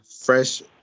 fresh